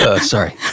Sorry